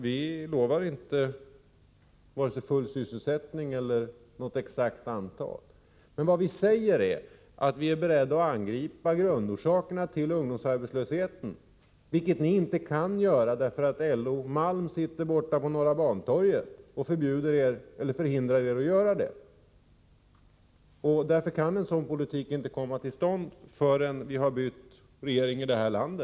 Vi lovar inte, Frida Berglund, vare sig full sysselsättning eller något exakt antal sysselsatta ungdomar. Men vi är beredda att angripa grundorsakerna till ungdomsarbetslösheten, vilket ni inte kan göra, eftersom LO:s Stig Malm sitter på Norra Bantorget och förhindrar er att göra det. Därför kan en sådan politik inte komma till stånd förrän vi har bytt regering i detta land.